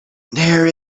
there